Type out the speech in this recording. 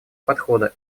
подхода